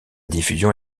diffusion